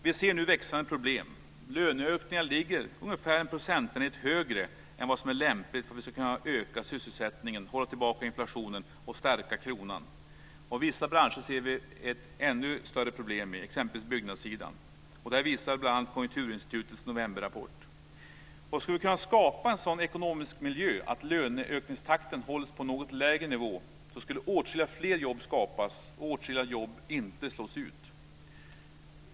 Vi ser nu växande problem. Löneökningarna ligger ungefär en procentenhet högre än vad som är lämpligt för att vi ska kunna öka sysselsättningen, hålla tillbaka inflationen och stärka kronan. I vissa branscher ser vi att detta är ett ännu större problem, t.ex. byggnadssidan. Det visar bl.a. Konjunkturinstitutets novemberrapport. Om man kunde skapa en sådan ekonomisk miljö att löneökningstakten hölls på något lägre nivå skulle åtskilliga fler jobb skapas, och åtskilliga jobb skulle inte slås ut.